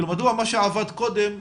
מדוע מה שעבד קודם,